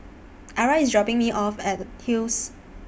Ara IS dropping Me off At Hills